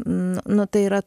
n nu tai yra